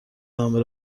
نامه